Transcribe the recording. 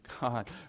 God